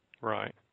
Right